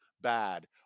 bad